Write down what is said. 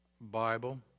Bible